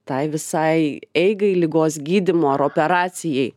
tai visai eigai ligos gydymo ar operacijai